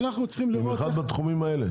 במיוחד בתחומים האלה.